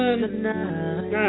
tonight